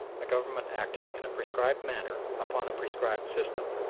a government acting in a prescribed manner upon a prescribed system,